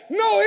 no